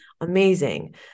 amazing